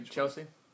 Chelsea